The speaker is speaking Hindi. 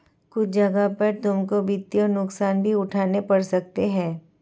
कुछ जगहों पर तुमको वित्तीय नुकसान भी उठाने पड़ सकते हैं